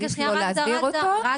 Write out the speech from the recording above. עדיף לא להסדיר אותו -- רגע שנייה,